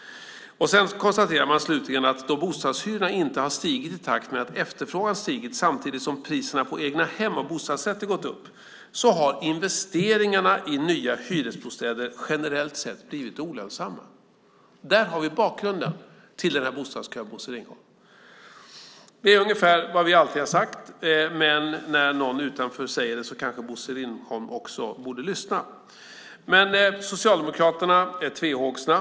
Slutligen konstaterar man att då bostadshyrorna inte har stigit i takt med att efterfrågan har stigit, samtidigt som priserna på egnahem och bostadsrätter har gått upp, har investeringarna i nya hyresbostäder generellt sett blivit olönsamma. Där har vi bakgrunden till bostadskön, Bosse Ringholm. Det är ungefär vad vi alltid har sagt, men när någon utanför säger det kanske Bosse Ringholm också borde lyssna. Socialdemokraterna är tvehågsna.